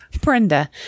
Brenda